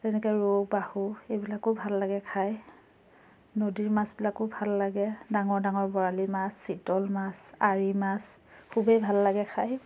যেনেকে ৰৌ বাহু এইবিলাকো ভাল লাগে খায় নদীৰ মাছবিলাকো ভাল লাগে ডাঙৰ ডাঙৰ বৰালি মাছ চিতল মাছ আৰি মাছ খুবেই ভাল লাগে খায়